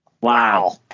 Wow